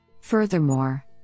Furthermore